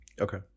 Okay